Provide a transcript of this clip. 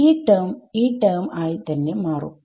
ഈ ടെർമ് ഈ ടെർമ് ആയി തന്നെ മാറും